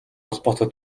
холбоотой